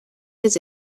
his